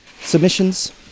Submissions